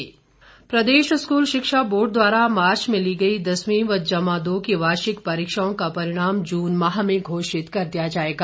board प्रदेश school शिक्षा board द्वारा मार्च में ली गई दसवीं व जमा दो की वार्षिक परीक्षाओं का परिणाम जून माह में घोषित कर दिया जाएगा